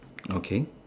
okay